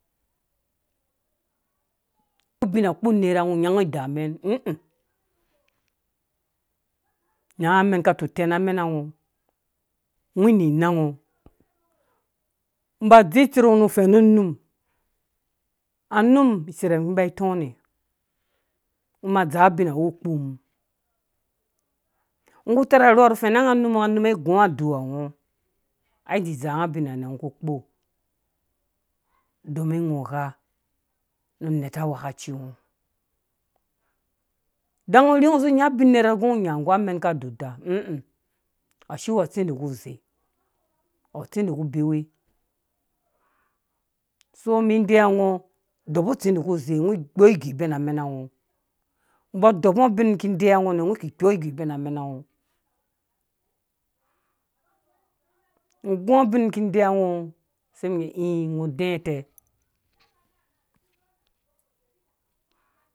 Ubine kpu nerha ngɔ nyangu ngɔ idaa mɛm ĩ ĩ nyangu amɛn ka mena ngɔ ngɔ ninangɔ ngɔ ba dze itserngɔ nu fɛnu num a num tserha mi ba itɔ nɛ ma dzaa binha wu kpumum ngɔku tarh aruha nu fɛna nga num ai gũnga auwa ngɔ ai dzizaanga ubina nɛ ngɔ ku kpo domin ngɔ gha nu nɛta ngwhɛ̃kaci ngɔ idan ngɔ rhe gɛ ngɔ. zĩ nya ubin nera gɛ nya nggu amɛna ka duda ĩ ĩ asi weya tsindi ku zeĩ awu tsindi ku bewe somi deyangɔ dɔpu tsindi ku ze ngɔ kpow igubɛn amɛna ngɔ ba dɔpu nɔ ubin ki deyiwa ngɔ nɛ ngɔ kpikpowɔ igubɛn amɛna ngɔ. ngɔ gungɔ ubin ki denwa ngɔ se mum ĩ ĩ ngɔ dɛɛ utɛu.